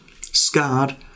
scarred